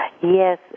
Yes